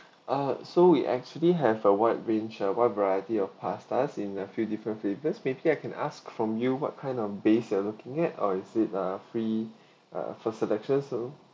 uh so we actually have a wide range of wide variety of pasta in a few different favors maybe I can ask from you what kind of base are you looking at or is it uh free uh first selection so